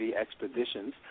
Expeditions